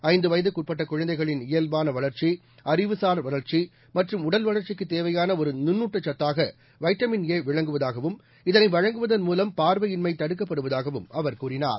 ஐந்து வயதுக்கு உட்பட்ட குழந்தைகளின் இயல்பான வளர்ச்சி அறிவுசார் வளர்ச்சி மற்றும் உடல் வளர்ச்சிக்குத் தேவையாள ஒரு நுண்னூட்டச் சத்தாக வைட்டமின் ஏ விளங்குவதாகவும் இதனை வழங்குவதன் மூலம் பார்வையின்மை தடுக்கப்படுவதாகவும் அவர் கூறினார்